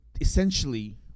essentially